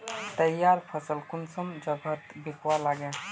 तैयार फसल कुन जगहत बिकवा लगे?